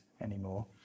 anymore